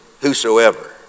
whosoever